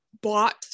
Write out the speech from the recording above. bought